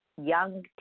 young